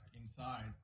inside